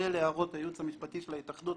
כולל הערות של הייעוץ המשפטי של ההתאחדות.